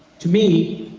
to me,